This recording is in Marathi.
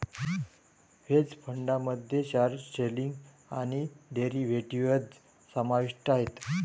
हेज फंडामध्ये शॉर्ट सेलिंग आणि डेरिव्हेटिव्ह्ज समाविष्ट आहेत